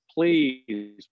Please